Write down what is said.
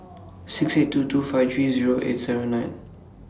six eight two two five three eight seven nine